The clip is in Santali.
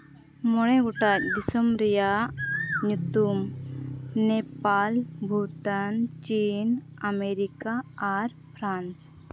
ᱢᱚᱬᱮ ᱜᱚᱴᱟᱝ ᱫᱤᱥᱚᱢ ᱨᱮᱭᱟᱜ ᱧᱩᱛᱩᱢ ᱱᱮᱯᱟᱞ ᱵᱷᱩᱴᱟᱱ ᱪᱤᱱ ᱟᱢᱮᱨᱤᱠᱟ ᱟᱨ ᱯᱷᱨᱟᱱᱪ